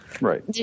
Right